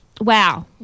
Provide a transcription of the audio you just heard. Wow